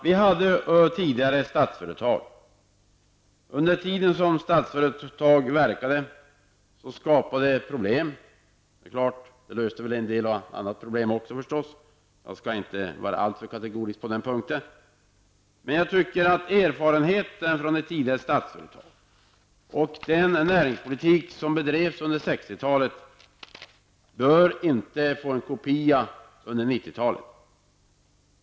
Vi hade tidigare Statsföretag AB. Under tiden som Statsföretag AB verkade skapades många problem. Vi har löst en del av dessa problem förstås, så jag skall inte vara alltför kategorisk på den punkten. Jag tycker att erfarenheterna från tiden med Statsföretag AB och den näringspolitik som bedrevs under 60-talet inte får upprepas under 90-talet.